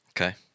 Okay